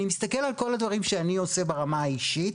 אני מסתכל על כל הדברים שאני עושה ברמה האישית.